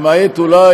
למעט אולי,